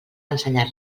ensenyar